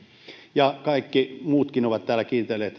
ja kaikki muutkin ovat täällä kiitelleet